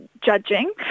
judging